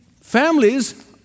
families